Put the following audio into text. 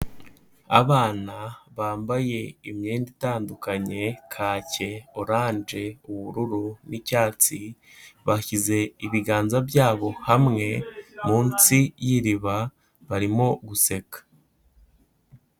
Abana bambaye imyenda itandukanye kake, oranje, ubururu n'icyatsi bashyize ibiganza byabo hamwe munsi y'iriba barimo guseka.